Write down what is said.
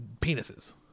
penises